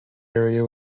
area